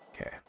okay